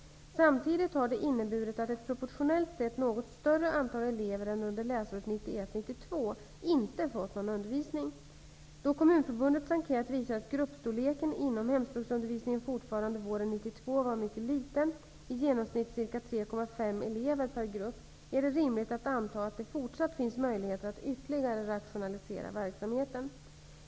Samtidigt har detta inneburit att ett proportionellt sett något större antal elever än under läsåret 1991/1992 inte får någon undervisning. Då 1992 var mycket liten, i genomsnitt ca 3,5 elever per grupp, är det rimligt att anta att det fortsatt finns möjligheter att ytterligare rationalisera verksamheten.